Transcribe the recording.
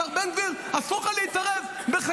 השר בן גביר, אסור לך להתערב בחקירות.